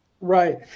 Right